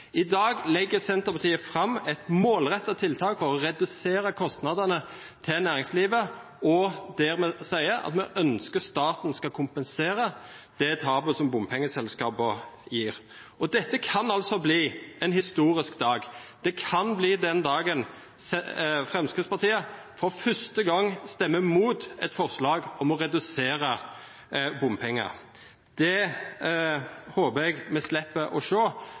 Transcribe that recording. I dag legger Senterpartiet fram et målrettet tiltak for å redusere kostnadene til næringslivet, og vi sier at vi ønsker at staten skal kompensere det tapet bompengeselskaper gir. Dette kan altså bli en historisk dag. Det kan bli den dagen Fremskrittspartiet for første gang stemmer mot et forslag om å redusere bompenger. Det håper jeg vi slipper å